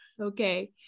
Okay